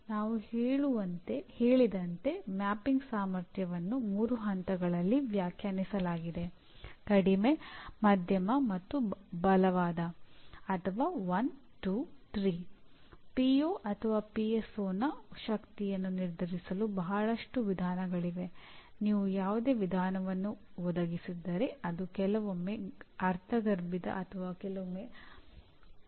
ನಾವು ಹೇಳಿದಂತೆ ಮ್ಯಾಪಿಂಗ್ ಸಾಮರ್ಥ್ಯವನ್ನು 3 ಹಂತಗಳಲ್ಲಿ ವ್ಯಾಖ್ಯಾನಿಸಲಾಗಿದೆ ಕಡಿಮೆ ಮಧ್ಯಮ ಬಲವಾದ ಅಥವಾ 1 2 3